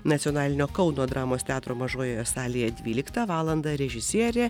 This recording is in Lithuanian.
nacionalinio kauno dramos teatro mažojoje salėje dvyliktą valandą režisierė